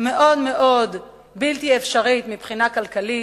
מאוד מאוד בלתי אפשרית מבחינה כלכלית,